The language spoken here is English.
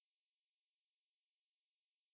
okay that it's like a hatchback